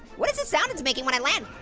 what is this sound it's making when i land?